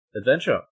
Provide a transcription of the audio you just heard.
adventure